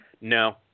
No